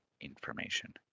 information